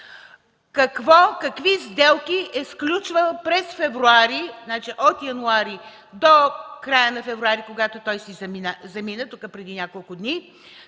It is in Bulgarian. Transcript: какви сделки е сключвал през месец февруари – от януари до края на месец февруари, когато той си замина преди няколко дни